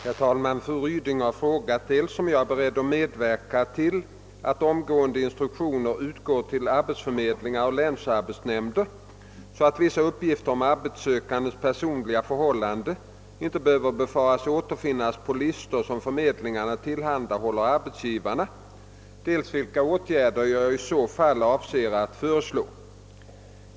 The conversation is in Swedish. Herr talman! Fru Ryding har frågat dels om jag är beredd att medverka till att omgående instruktioner utgår till arbetsförmedlingarna och länsarbetsnämnderna så att vissa uppgifter om arbetssökandes personliga förhållanden inte behöver befaras återfinnas på listor som förmedlingarna tillhandahåller arbetsgivarna, dels vilka åtgärder jag i så fall avser att föreslå.